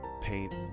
paint